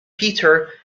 peter